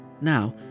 Now